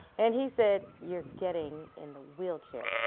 and he said, you're getting in the wheelchair,